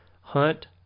Hunt